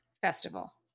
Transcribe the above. festival